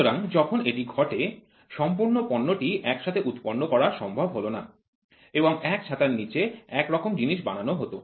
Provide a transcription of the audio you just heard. সুতরাং যখন এটি ঘটে সম্পূর্ণ পন্য়টি একসাথে উৎপাদন করা সম্ভব হল না এবং এক ছাতার নীচে এক রকমের জিনিস বানানো হত